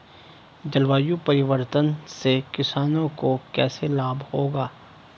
जलवायु परिवर्तन से किसानों को कैसे लाभ होगा?